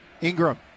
ingram